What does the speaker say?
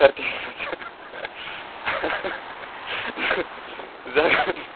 सोर खिन्थादों जागोन